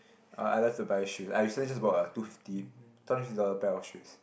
uh I like to buy shoes I recently just bought a two fifty two hundred fifty dollar pair of shoes